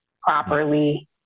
properly